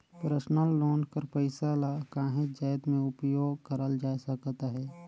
personal loan कर पइसा ल काहींच जाएत में उपयोग करल जाए सकत अहे